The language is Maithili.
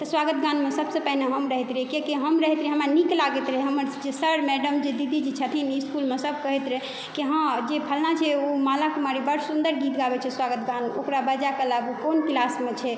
तऽ सुआगत गानमे सब से पहिने हम रहैत रहिए किए कि हम रहैत रहिए हमरा नीक लागैत रहै हमर जे सर मैडम जे दीदी जी छथिन इसकुलमे सब कहैत रहै कि हँ जे फलना छै ओ माला कुमारी बड्ड सुन्दर गीत गाबै छै सुआगत गान ओकरा बजाके लाबू कोन किलासमे छै